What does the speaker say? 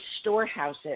storehouses